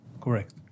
Correct